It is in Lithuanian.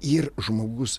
ir žmogus